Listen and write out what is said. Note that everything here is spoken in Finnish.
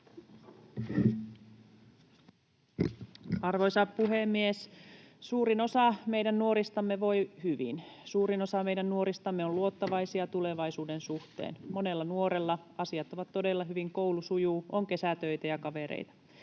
Arvoisa puhemies! Suurin osa meidän nuoristamme voi hyvin, suurin osa meidän nuoristamme on luottavaisia tulevaisuuden suhteen. Monella nuorella asiat ovat todella hyvin, koulu sujuu, on kesätöitä ja kavereita.